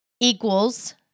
equals